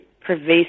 pervasive